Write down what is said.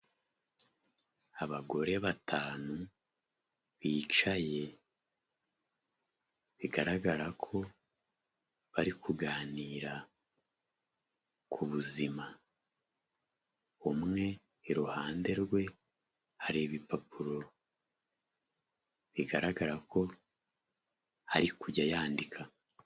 Abagore batanu bicaye bigaragara ko bari kuganira ku buzima, umwe iruhande rwe hari ibipapuro bigaragara ko ari kujya yandika.